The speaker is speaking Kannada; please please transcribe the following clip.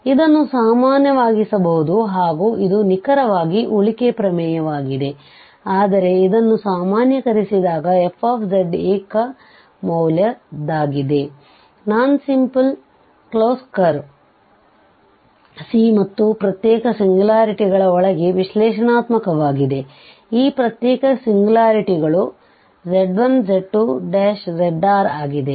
ಇದನ್ನು ಸಾಮಾನ್ಯವಾಗಿಸಬಹುದು ಹಾಗೂ ಇದು ನಿಖರವಾಗಿ ಉಳಿಕೆ ಪ್ರಮೇಯವಾಗಿದೆ ಆದರೆ ಇದನ್ನು ಸಾಮಾನ್ಯೀಕರಸಿದಾಗ fಏಕ ಮೌಲ್ಯದ್ದಾಗಿದೆ non simple close curve C ಮತ್ತು ಪ್ರತ್ಯೇಕ ಸಿಂಗ್ಯುಲಾರಿಟಿಗಳ ಒಳಗೆ ವಿಶ್ಲೇಷಣಾತ್ಮಕವಾಗಿದೆ ಈ ಪ್ರತ್ಯೇಕ ಸಿಂಗ್ಯುಲಾರಿಟಿಗಳು z1z2zrಆಗಿವೆ